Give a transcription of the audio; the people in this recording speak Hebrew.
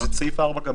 בסעיף 4,